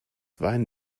wein